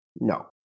No